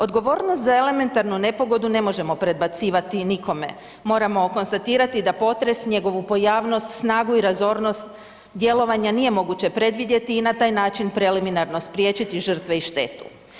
Odgovornost za elementarnu nepogodu ne možemo predbacivati nikome, moramo konstatirati da potres, njegovu pojavnost, snagu i razornost djelovanja nije moguće predvidjeti i na taj način preliminarno spriječiti žrtve i štetu.